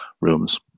rooms